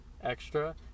extra